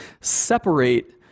separate